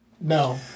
no